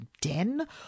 den